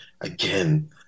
again